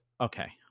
okay